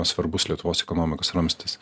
svarbus lietuvos ekonomikos ramstis